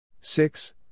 Six